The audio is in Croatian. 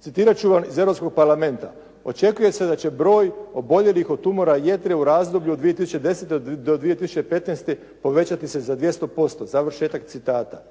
Citirat ću vam iz Europskog parlamenta: “Očekuje se da će broj oboljelih od tumora jetre u razdoblju od 2010. do 2015. povećati se za 200%.“ Završetak citata.